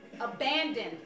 abandoned